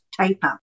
taper